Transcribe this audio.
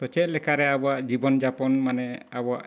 ᱪᱮᱫᱞᱮᱠᱟ ᱨᱮ ᱟᱵᱚᱣᱟᱜ ᱡᱤᱵᱚᱱ ᱡᱟᱯᱚᱱ ᱢᱟᱱᱮ ᱟᱵᱚᱣᱟᱜ